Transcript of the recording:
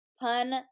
Pun